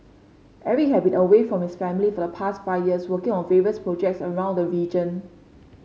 Eric had been away from his family for the past five years working on various projects around the region